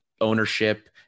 ownership